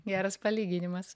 geras palyginimas